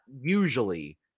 usually